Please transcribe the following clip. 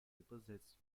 übersetzt